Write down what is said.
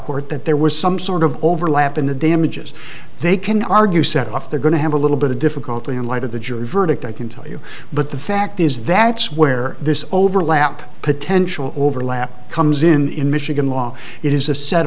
court that there was some sort of overlap in the damages they can argue set off they're going to have a little bit of difficulty in light of the jury's verdict i can tell you but the fact is that's where this overlap potential overlap comes in in michigan law it is a set